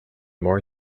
more